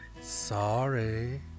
sorry